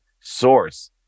source